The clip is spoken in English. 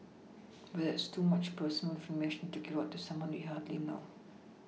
but that's too much personal information to give out to someone we hardly know